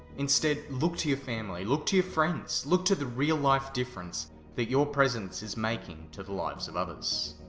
instead, look to your family, look to your friends, look to the real-life difference that your presence is making to the lives of others.